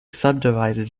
subdivided